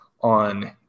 on